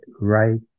right